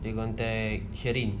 dia contact sheryn